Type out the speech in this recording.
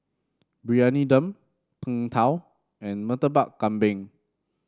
Briyani Dum Png Tao and Murtabak Kambing